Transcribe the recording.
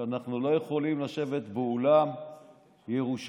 שאנחנו לא יכולים לשבת באולם ירושלים.